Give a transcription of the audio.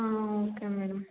ಹಾಂ okay madam